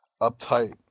uptight